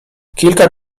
kilka